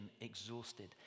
exhausted